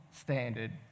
standard